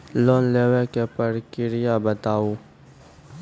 Loan लेवे के प्रक्रिया बताहू?